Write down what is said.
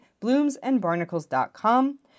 bloomsandbarnacles.com